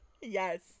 Yes